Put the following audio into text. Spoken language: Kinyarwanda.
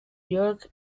york